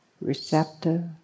receptive